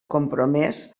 compromès